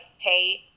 pay